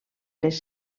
les